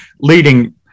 leading